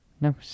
No